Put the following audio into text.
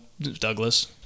Douglas